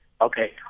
Okay